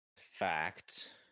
Fact